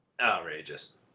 Outrageous